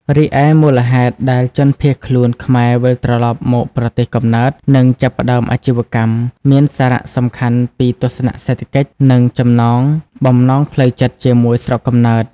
រីឯមូលហេតុដែលជនភៀសខ្លួនខ្មែរវិលត្រឡប់មកប្រទេសកំណើត និងចាប់ផ្តើមអាជីវកម្ម មានសារសំខាន់ពីទស្សនៈសេដ្ឋកិច្ច និងចំណងបំណងផ្លូវចិត្តជាមួយស្រុកកំណើត។